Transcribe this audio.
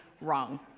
wrong